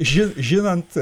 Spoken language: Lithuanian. ži žinant